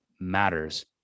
matters